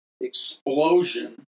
explosion